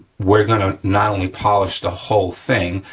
we're gonna not only polish the whole thing,